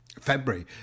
February